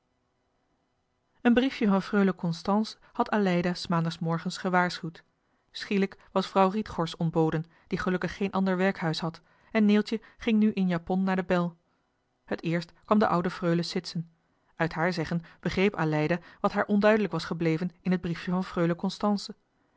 een briefje van freule constance had aleida's maandagsmorgens gewaarschuwd schielijk was vrouw rietgors ontboden die gelukkig geen ander werkhuis had en neeltje ging nu in japon naar de bel het eerst kwam de oude freule sitsen uit haar zeggen begreep aleida wat haar onduidelijk was gebleven in het briefje van freule constance